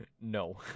No